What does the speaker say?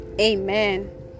amen